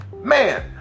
Man